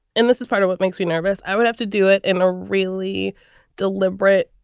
and this is part of what makes me nervous. i would have to do it in a really deliberate,